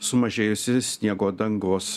sumažėjusi sniego dangos